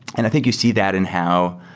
and i think you see that in how